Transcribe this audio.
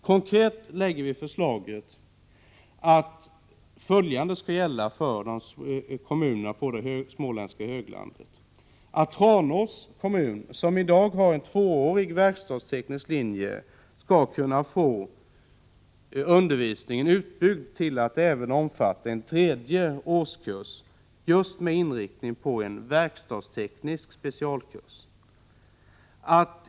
Konkret föreslår vi att följande skall gälla för kommunerna på det småländska höglandet: Tranås kommun, som i dag har en tvåårig verkstadsteknisk linje, skall kunna få undervisningen utbyggd till att även omfatta en tredje årskurs med inriktning på en verkstadsteknisk specialkurs.